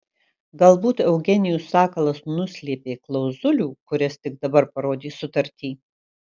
galbūt eugenijus sakalas nuslėpė klauzulių kurias tik dabar parodys sutarty